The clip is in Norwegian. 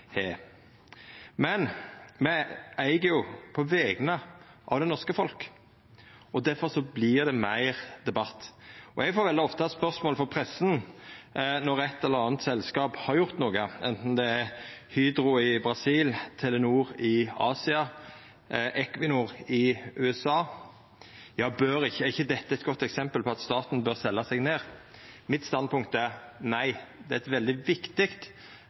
har. Men me eig på vegner av det norske folk, og derfor vert det meir debatt. Eg får veldig ofte spørsmål frå pressa når eit eller anna selskap har gjort noko, anten det er Hydro i Brasil, Telenor i Asia, Equinor i USA: Er ikkje dette eit godt eksempel på at staten bør selja seg ned? Mitt standpunkt er nei. Det er eit veldig viktig